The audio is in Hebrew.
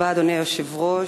אדוני היושב-ראש,